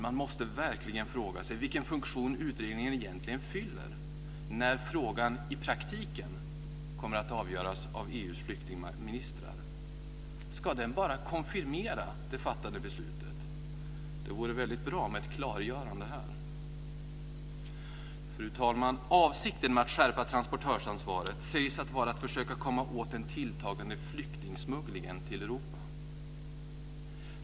Man måste verkligen fråga sig vilken funktion utredningen egentligen fyller när frågan i praktiken kommer att avgöras av EU:s flyktingministrar. Ska den bara konfirmera det fattade beslutet? Det vore bra med ett klargörande här. Avsikten med att skärpa transportörsansvaret sägs vara att försöka komma åt den tilltagande flyktingsmugglingen till Europa.